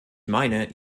meine